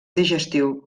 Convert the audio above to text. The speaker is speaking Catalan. digestiu